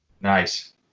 Nice